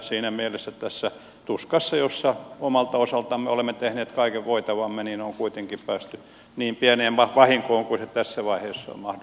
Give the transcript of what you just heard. siinä mielessä tässä tuskassa jossa omalta osaltamme olemme tehneet kaiken voitavamme on kuitenkin päästy niin pieneen vahinkoon kuin mikä tässä vaiheessa on mahdollista